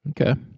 Okay